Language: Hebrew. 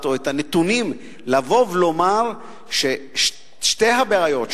או את הנתונים לבוא ולומר ששתי הבעיות,